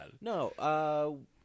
No